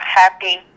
happy